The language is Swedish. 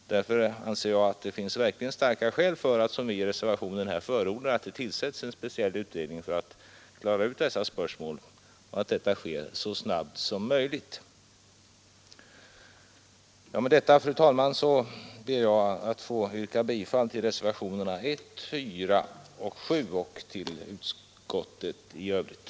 Av den anledningen anser jag att det finns starka skäl för att det, såsom vi i reservationen förordar, tillsätts en speciell utredning för att klara ut dessa spörsmål och att detta sker så snabbt som möjligt. Med detta, fru talman, ber jag att få yrka bifall till reservationerna 1, 4 och 7 samt i övrigt till utskottets hemställan.